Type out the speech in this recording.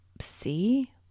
see